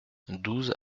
douze